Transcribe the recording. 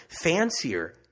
fancier